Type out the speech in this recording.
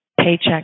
paycheck